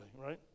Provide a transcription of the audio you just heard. right